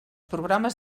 programes